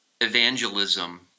evangelism